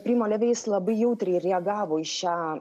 primo levi jis labai jautriai reagavo į šią